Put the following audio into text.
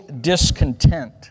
discontent